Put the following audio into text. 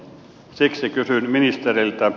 siksi kysyn ministeriltä